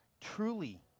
truly